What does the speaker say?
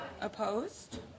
opposed